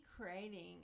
creating